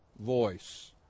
voice